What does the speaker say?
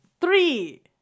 Three